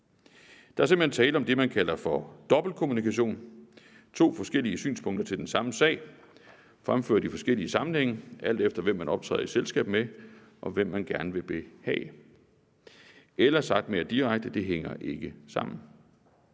Der er simpelt hen tale om det, man kalder for dobbeltkommunikation, to forskellige synspunkter om den samme sag, fremført i forskellige sammenhænge, alt efter hvem man optræder i selskab med, og hvem man gerne vil behage – eller sagt mere direkte: Det hænger ikke sammen.